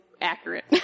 accurate